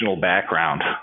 background